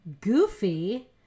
goofy